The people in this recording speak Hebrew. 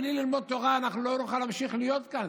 בלי ללמוד תורה, לא נוכל להמשיך להיות כאן.